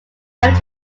patent